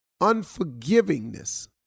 unforgivingness